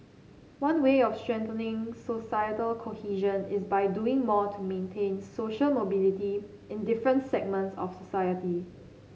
one way of strengthening societal cohesion is by doing more to maintain social mobility in different segments of society